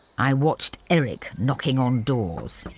i watched eric knocking on doors.